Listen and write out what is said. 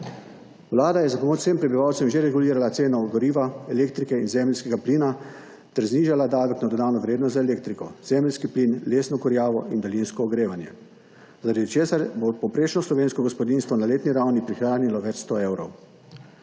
Vlada je za pomoč vsem prebivalcem že regulirala ceno goriva, elektrike in zemeljskega plina ter znižala davek na dodano vrednot za elektriko, zemeljski plin, lesno kurjavo in daljinsko ogrevanje, zaradi česar bo povprečno slovensko gospodinjstvo na letni ravni prihranilo več sto evrov.